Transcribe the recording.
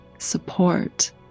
support